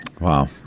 Wow